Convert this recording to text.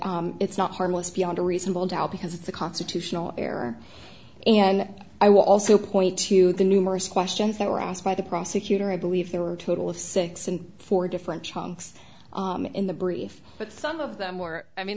it's not harmless beyond a reasonable doubt because it's a constitutional error and i will also point to the numerous questions that were asked by the prosecutor i believe they were total of six and four different chunks in the brief but some of them were i mean